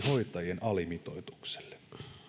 hoitajien alimitoitukselle